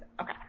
okay